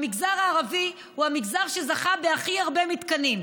המגזר הערבי הוא המגזר שזכה בהכי הרבה מתקנים.